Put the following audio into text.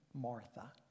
Martha